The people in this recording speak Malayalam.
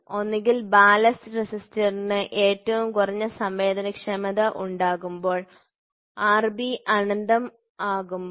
ഒന്നുകിൽ ബാലസ്റ്റ് റെസിസ്റ്റൻസിനു ഏറ്റവും കുറഞ്ഞ സംവേദനക്ഷമത ഉണ്ടാകുമ്പോൾ Rb അനന്തം ആകുമ്പോൾ